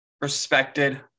respected